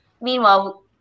meanwhile